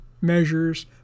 measures